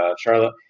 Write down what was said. Charlotte